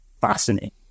fascinating